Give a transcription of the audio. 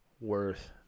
worth